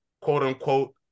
quote-unquote